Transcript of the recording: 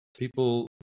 People